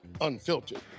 unfiltered